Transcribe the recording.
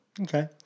Okay